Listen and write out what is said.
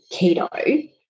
keto